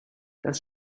das